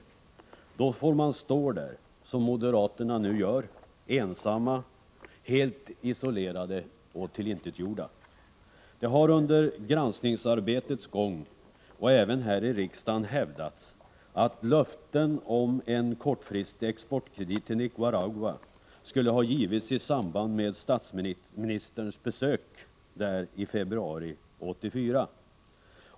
I så fall får man stå där, som moderaterna nu gör, ensamma, helt isolerade och tillintetgjorda. Det har under granskningsarbetets gång hävdats, även här i riksdagen, att löften om en kortfristig exportkredit till Nicaragua skulle ha givits i samband med statsministerns besök där i februari 1984.